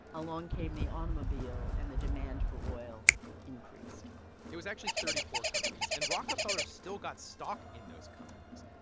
along came the automobile. and the demand for oil increased it was actually thirty four companies. and rockefeller still got stock in those companies.